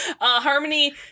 Harmony